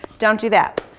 don't do that.